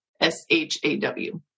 S-H-A-W